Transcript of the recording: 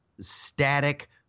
static